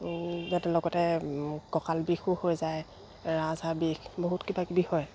ইয়াতে লগতে কঁকাল বিষো হৈ যায় ৰাজহাড় বিষ বহুত কিবা কিবি হয়